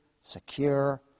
secure